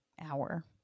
hour